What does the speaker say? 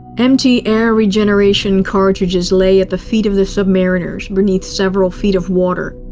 empty air regenerations cartridges lay at the feet of the submariners, beneath several feet of water.